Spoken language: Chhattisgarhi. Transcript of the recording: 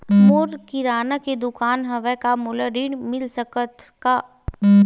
मोर किराना के दुकान हवय का मोला ऋण मिल सकथे का?